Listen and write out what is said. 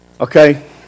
Okay